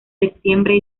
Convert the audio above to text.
septiembre